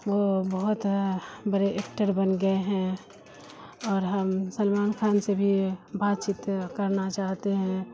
وہ بہت برے ایکٹر بن گئے ہیں اور ہم سلمان خان سے بھی بات چیت کرنا چاہتے ہیں